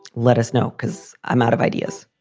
let us know because i'm out of ideas,